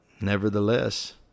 Nevertheless